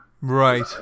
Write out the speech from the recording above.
Right